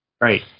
Right